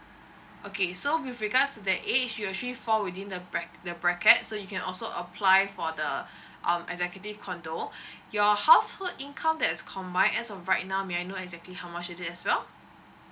okay so with regards to the age you actually fall within the the bracket so you can also apply for the um executive C_O_N_D_O your household income that's combined as of right now may I know exactly how much it is as well